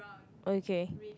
okay